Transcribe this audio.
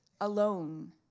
alone